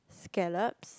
scallops